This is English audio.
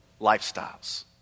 lifestyles